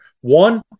One